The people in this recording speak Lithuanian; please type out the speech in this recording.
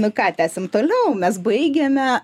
nu ką tęsiam toliau mes baigėme